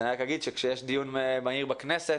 אז אני רק אגיד שכשיש דיון מהיר בכנסת,